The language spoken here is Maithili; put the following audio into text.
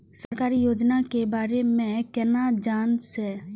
सरकारी योजना के बारे में केना जान से?